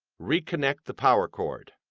reconnect the power cord.